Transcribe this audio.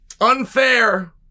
unfair